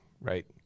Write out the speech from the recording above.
right